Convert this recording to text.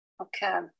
Okay